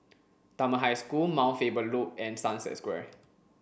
Dunman High School Mount Faber Loop and Sunset Square